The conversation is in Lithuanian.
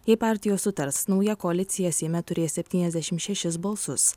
jei partijos sutars nauja koalicija seime turės septyniasdešim šešis balsus